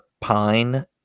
pine